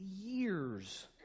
years